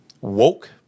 woke